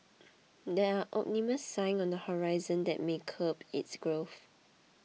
there are ominous signs on the horizon that may curb its growth